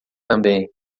também